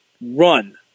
run